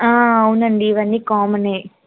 అవునండి ఇవన్నీ కామన్